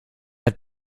hat